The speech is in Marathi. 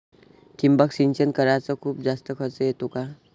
ठिबक सिंचन कराच खूप जास्त खर्च येतो का?